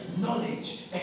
knowledge